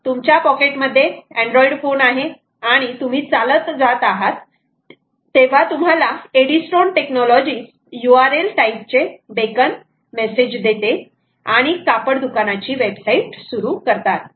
तर तुमच्या पॉकेट मध्ये अँड्रॉइड फोन आहे आणि तुम्ही चालत जात आहात तेव्हा तुम्हाला एडी स्टोन टेक्नॉलॉजी URL टाईपचे बेकन मेसेज देते आणि कापड दुकानाची वेबसाइट सुरू करतात